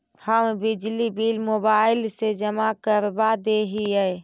हम बिजली bill mobile से जमा करवा देहियै?